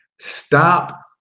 Stop